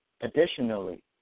Additionally